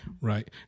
Right